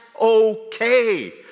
okay